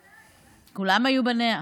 כולם היו בניי.